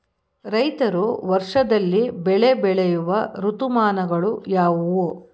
ರೈತರು ವರ್ಷದಲ್ಲಿ ಬೆಳೆ ಬೆಳೆಯುವ ಋತುಮಾನಗಳು ಯಾವುವು?